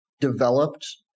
developed